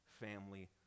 family